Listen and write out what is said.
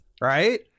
right